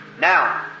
Now